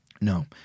No